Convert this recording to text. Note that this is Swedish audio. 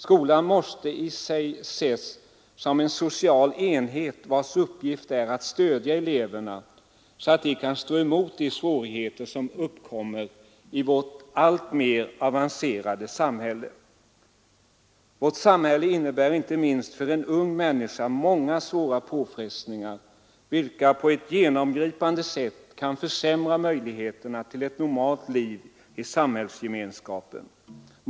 Skolan måste i sig ses som en social enhet, vars uppgift är att stödja eleverna så att de kan stå emot de svårigheter som uppkommer i vårt allt mer avancerade samhälle. Vårt samhälle innebär, inte minst för en ung människa, många svåra påfrestningar, vilka på ett genomgripande sätt kan försämra möjligheterna till ett normalt liv i samhällsgemenskapen.